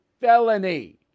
felony